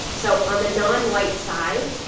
so on the nonwhite side,